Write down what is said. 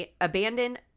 abandoned